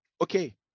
Okay